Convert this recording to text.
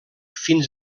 fins